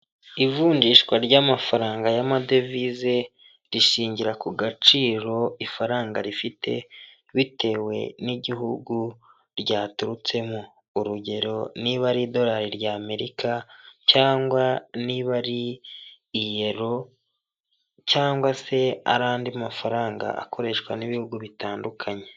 Ivunjishwa ry'amafaranga y'amadevize rishingira ku gaciro ifaranga rifite bitewe n'igihugu ryaturutsemo. Urugero: niba ari idolari ry' Amerika cyangwa niba ari Iyero cyangwa se ari andi mafaranga akoreshwa n'ibihugu bitandukanye.